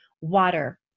water